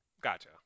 Gotcha